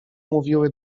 mówiły